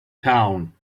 town